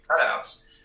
cutouts